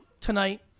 tonight